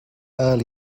early